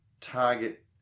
target